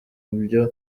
byo